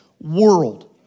world